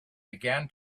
began